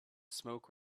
smoke